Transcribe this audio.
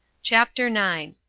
chapter nine.